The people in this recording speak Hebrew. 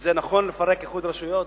שזה נכון לפרק איחוד רשויות?